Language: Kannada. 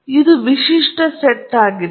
ಆದ್ದರಿಂದ ಇದು ವಿಶಿಷ್ಟ ಸೆಟ್ ಆಗಿದೆ